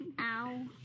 Ow